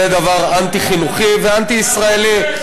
זה דבר אנטי-חינוכי ואנטי-ישראלי.